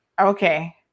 okay